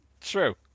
True